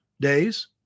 days